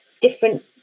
different